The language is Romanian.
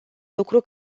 lucru